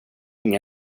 inga